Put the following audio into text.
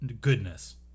goodness